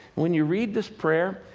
when you read this prayer,